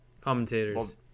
Commentators